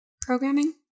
programming